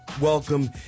welcome